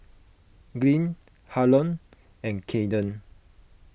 Glynn Harlon and Cayden